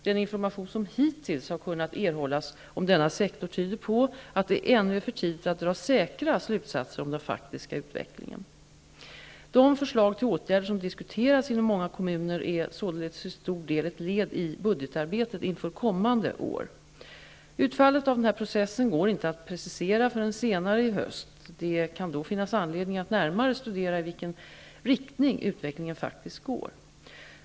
Den information som hittills har kunnat erhållas om denna sektor tyder på att det ännu är för tidigt att dra säkra slutsatser om den faktiska utvecklingen. De förslag till åtgärder som diskuteras inom många kommuner är således till stor del ett led i budgetarbetet inför kommande år. Utfallet av denna process går inte att precisera förrän senare i höst. Det kan då finnas anledning att närmare studera i vilken riktning utvecklingen faktiskt går.